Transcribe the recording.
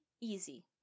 easy